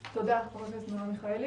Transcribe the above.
תודה, חברת הכנסת מרב מיכאלי.